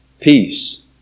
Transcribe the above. peace